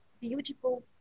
beautiful